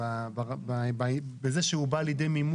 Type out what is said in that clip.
דיברנו, אבל יכול להיות שלא כל כך שמנו לב לזה.